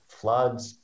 floods